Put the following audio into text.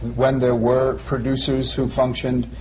when there were producers who functioned,